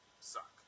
suck